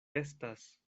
estas